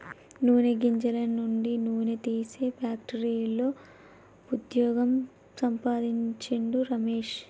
నూనె గింజల నుండి నూనె తీసే ఫ్యాక్టరీలో వుద్యోగం సంపాందించిండు రమేష్